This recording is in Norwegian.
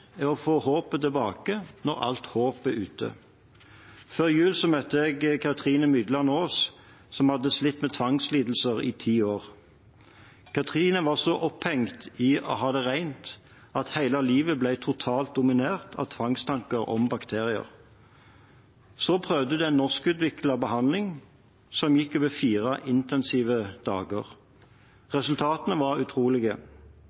å få håpet tilbake, når alt håp er ute. Før jul møtte jeg Kathrine Mydland-Aas som hadde slitt med tvangslidelser i ti år. Kathrine var så opphengt i å ha det rent at hele livet ble totalt dominert av tvangstanker om bakterier. Så prøvde hun en norskutviklet behandling som gikk over fire intensive dager. Resultatene var utrolige.